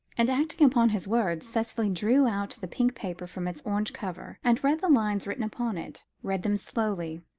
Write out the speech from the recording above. and acting upon his words, cicely drew out the pink paper from its orange cover, and read the lines written upon it read them slowly,